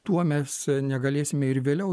tuo mes negalėsime ir vėliau